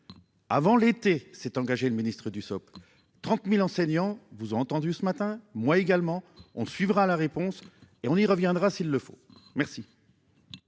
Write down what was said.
Avant l'été s'est engagé le Ministre Dussopt. 30.000 enseignants vous ont entendu ce matin moi également. On suivra la réponse et on y reviendra s'il le faut. Merci.